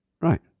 right